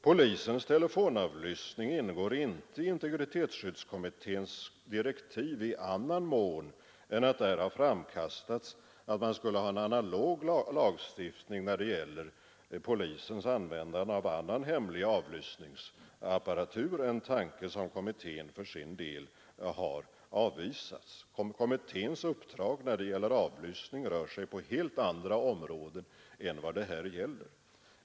Polisens telefonavlyssning ingår inte i integritetsskyddskommitténs direktiv i annan mån än att där har framkastats att man skulle ha en analog lagstiftning när det gäller polisens användande av annan hemlig avlyssningsapparatur, en tanke som kommittén för sin del har avvisat. Kommitténs uppdrag när det gäller avlyssning rör sig på helt andra områden än vad det här är fråga om.